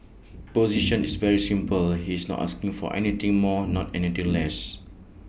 position is very simple he is not asking for anything more not anything less